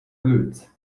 goods